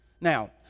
Now